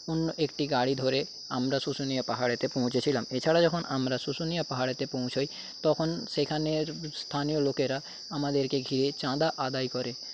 অন্য একটি গাড়ি ধরে আমরা শুশুনিয়া পাহাড়েতে পৌঁছেছিলাম এছাড়া যখন আমরা শুশুনিয়া পাহাড়েতে পৌঁছোই তখন সেখানের স্থানীয় লোকেরা আমাদেরকে ঘিরে চাঁদা আদায় করে